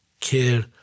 care